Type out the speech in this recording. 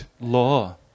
law